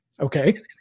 okay